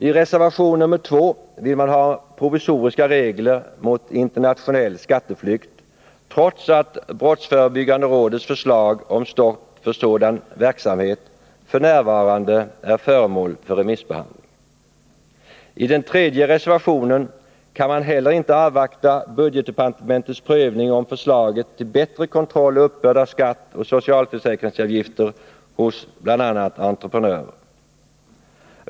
I reservation nr 2 vill man ha provisoriska regler mot internationell skatteflykt, trots att brottsförebyggande rådets förslag om stopp för sådan verksamhet f. n. är föremål för remissbehandling. 37 I den tredje reservationen kan man heller inte avvakta budgetdepartementets prövning om förslaget till bättre kontroll och uppbörd av skatt och socialförsäkringsavgifter hos bl.a. entreprenörer.